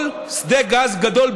כל שדה גז גדול,